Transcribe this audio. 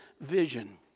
vision